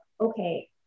okay